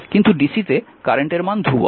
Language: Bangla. কিন্তু dc তে কারেন্ট এর মান ধ্রুবক